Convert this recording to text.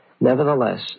nevertheless